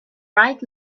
right